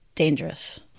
Dangerous